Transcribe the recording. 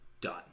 done